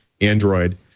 Android